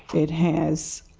it has